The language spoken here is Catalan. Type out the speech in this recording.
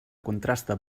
contrasta